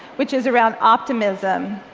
which is around optimism.